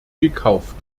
gekauft